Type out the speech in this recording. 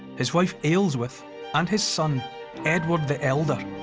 his wife ealhswith and his son edward the elder.